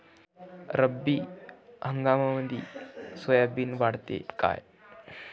रब्बी हंगामामंदी सोयाबीन वाढते काय?